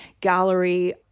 gallery